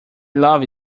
love